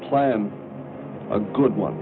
plan a good one